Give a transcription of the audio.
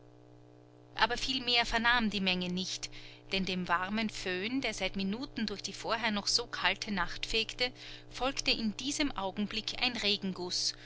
viel mehr vernahm die menge nicht denn dem warmen föhn der seit minuten durch die vorher noch so kalte nacht fegte folgte in diesem augenblick ein regenguß